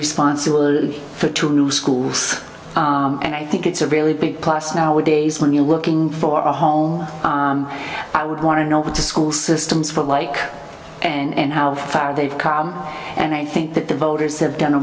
responsibility for two new schools and i think it's a really big plus nowadays when you're looking for a home i would want to know what to school systems for like and how far they've come and i think that the voters have done a